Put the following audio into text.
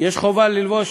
חובה ללבוש